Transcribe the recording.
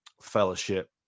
fellowship